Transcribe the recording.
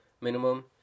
minimum